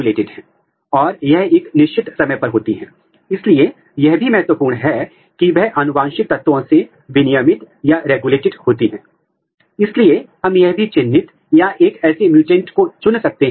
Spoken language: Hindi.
यह R N A R N A in situ शंकरण है इसका तात्पर्य है आप आर एन ए का प्रोब की तरह इस्तेमाल करके एक विशेष जीन के लिए मैसेंजर आर एन ए को ढूंढ रहे हैं